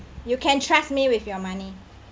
you can trust me with your money